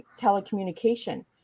telecommunication